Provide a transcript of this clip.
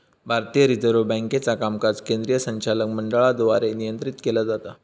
भारतीय रिझर्व्ह बँकेचा कामकाज केंद्रीय संचालक मंडळाद्वारे नियंत्रित केला जाता